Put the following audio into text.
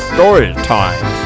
Storytime